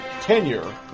tenure